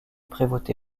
prévôté